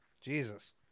Jesus